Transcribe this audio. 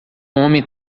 homem